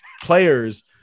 players